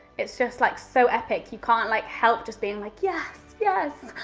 it's just like so epic. you can't like help just be and like, yes, yes.